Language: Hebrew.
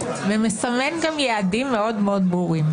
ומסמן גם יעדים מאוד מאוד ברורים.